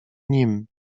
nim